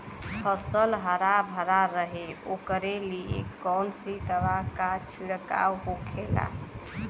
फसल हरा भरा रहे वोकरे लिए कौन सी दवा का छिड़काव होखेला?